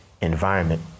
environment